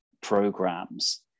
programs